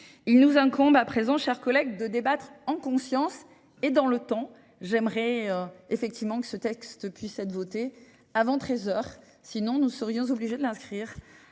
Il nous incombe à présent, chers collègues, de débattre en conscience et dans le temps. J'aimerais effectivement que ce texte puisse être voté avant 13h, sinon nous serions obligés de l'inscrire.